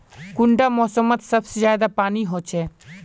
कुंडा मोसमोत सबसे ज्यादा पानी होचे?